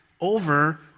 over